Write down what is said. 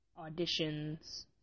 auditions